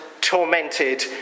tormented